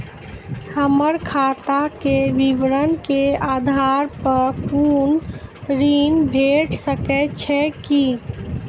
हमर खाता के विवरण के आधार प कुनू ऋण भेट सकै छै की?